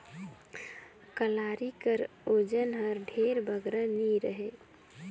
कलारी कर ओजन हर ढेर बगरा नी रहें